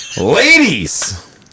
Ladies